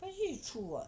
actually it's true [what]